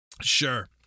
sure